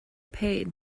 paid